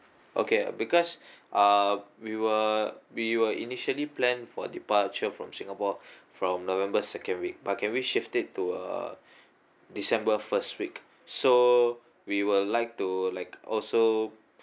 okay because uh we were we were initially plan for departure from singapore from november second week but can we shift it to uh december first week so we will like to like also